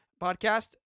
podcast